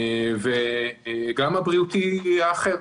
גם הבריאותי יהיה אחר.